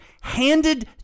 handed